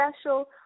special